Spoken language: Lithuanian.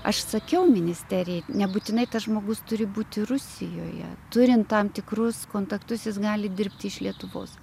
aš sakiau ministerijai nebūtinai tas žmogus turi būti rusijoje turint tam tikrus kontaktus jis gali dirbti iš lietuvos